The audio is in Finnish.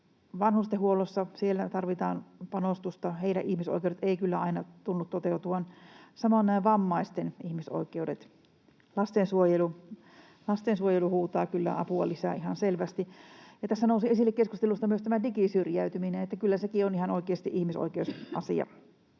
vanhustenhuollossa tarvitaan panostusta — heidän ihmisoikeutensa eivät kyllä aina tunnu toteutuvan — samoin nämä vammaisten ihmisoikeudet. Lastensuojelu huutaa apua lisää ihan selvästi. Ja tässä nousi esille keskustelussa myös tämä digisyrjäytyminen, että kyllä sekin on ihan oikeasti ihmisoikeusasia.